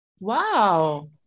Wow